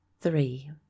three